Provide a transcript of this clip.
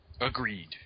Agreed